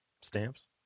stamps